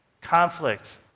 conflict